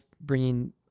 bringing